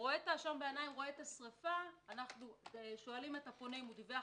רואה את השריפה שואלים את הפונה אם הוא דיווח